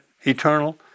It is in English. eternal